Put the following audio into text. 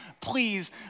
please